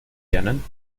lernen